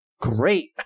great